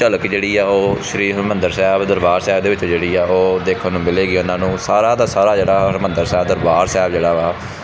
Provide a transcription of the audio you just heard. ਝਲਕ ਜਿਹੜੀ ਆ ਉਹ ਸ਼੍ਰੀ ਹਰਿਮੰਦਰ ਸਾਹਿਬ ਦਰਬਾਰ ਸਾਹਿਬ ਦੇ ਵਿੱਚ ਜਿਹੜੀ ਹੈ ਉਹ ਦੇਖਣ ਨੂੰ ਮਿਲੇਗੀ ਉਨ੍ਹਾਂ ਨੂੰ ਸਾਰੇ ਦਾ ਸਾਰੇ ਜਿਹੜਾ ਹਰਿਮੰਦਰ ਸਾਹਿਬ ਦਰਬਾਰ ਸਾਹਿਬ ਜਿਹੜਾ ਵਾ